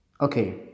Okay